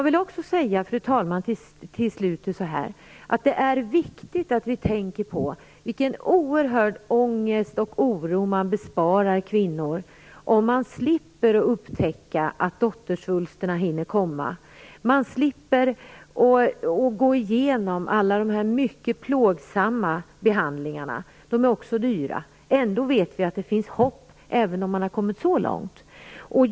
Till slut vill jag säga att det är viktigt att vi tänker på vilken oerhörd ångest och oro man besparar kvinnor om de slipper dottersvulsterna, om de slipper att gå igenom de mycket plågsamma behandlingarna - de är också dyra. Ändå vet vi att det finns hopp, även om man det gått så långt.